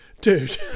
dude